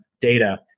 data